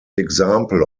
example